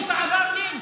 סעיד מוסא עבר לינץ'.